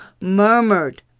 murmured